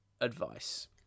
advice